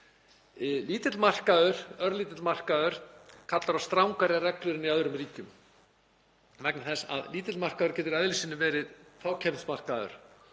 Lítill markaður, örlítill markaður kallar á strangari reglur en í öðrum ríkjum vegna þess að lítill markaður getur í eðli sínu verið fákeppnismarkaður